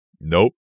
nope